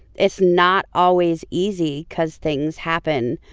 it's not always easy cause things happen.